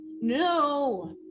No